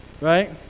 right